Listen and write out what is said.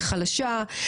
היא חלשה,